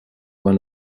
one